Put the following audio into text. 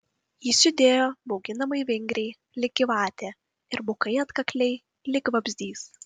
jis judėjo bauginamai vingriai lyg gyvatė ir bukai atkakliai lyg vabzdys